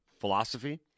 philosophy